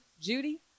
Judy